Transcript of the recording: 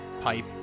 pipe